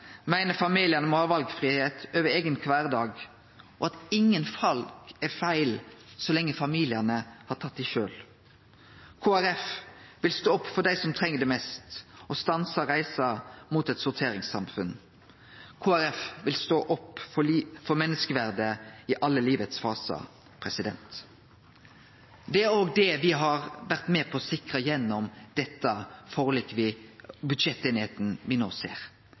meiner familiane må ha valfridom over eigen kvardag, og at ingen val er feil så lenge familiane har tatt dei sjølve. Kristeleg Folkeparti vil stå opp for dei som treng det mest, og stanse reisa mot eit sorteringssamfunn. Kristeleg Folkeparti vil stå opp for menneskeverdet i alle fasane av livet. Det er òg det me har vore med på å sikre gjennom den budsjetteinigheita me no ser.